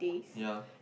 yea